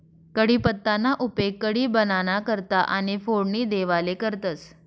कढीपत्ताना उपेग कढी बाबांना करता आणि फोडणी देवाले करतंस